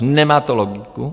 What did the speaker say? Nemá to logiku.